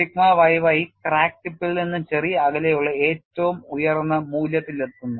sigma yy crack ടിപ്പിൽ നിന്ന് ചെറിയ അകലെയുള്ള ഏറ്റവും ഉയർന്ന മൂല്യത്തിലെത്തുന്നു